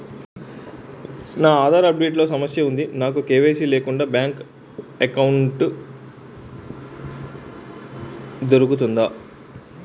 నా Aadhaar update లో సమస్య వుంది నాకు కే.వై.సీ లేకుండా బ్యాంక్ ఎకౌంట్దొ రుకుతుందా?